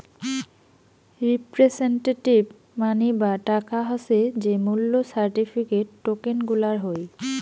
representative money বা টাকা হসে যে মূল্য সার্টিফিকেট, টোকেন গুলার হই